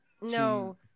No